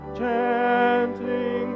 chanting